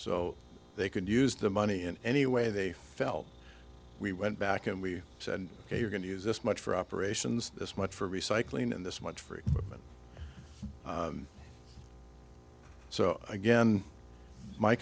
so they could use the money in any way they felt we went back and we said ok we're going to use this much for operations this much for recycling and this much free and so again my